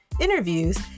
interviews